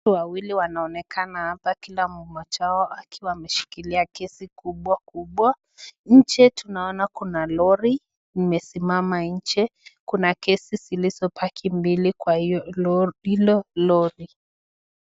Watu wawili wanaonekana hapa kila mmoja wao akiwa ameshikilia gesi kubwa kubwa. Nje tunaona kuna lori imesimama nje. Kuna gesi zilizobaki mbili kwa hilo lori.